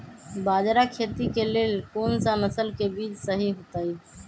बाजरा खेती के लेल कोन सा नसल के बीज सही होतइ?